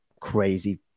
crazy